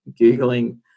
Googling